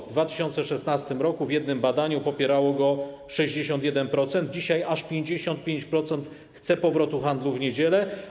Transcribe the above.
W 2016 r. w jednym badaniu popierało go 61%, dzisiaj aż 55% chce powrotu handlu w niedzielę.